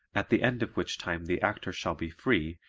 at the end of which time the actor shall be free,